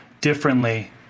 differently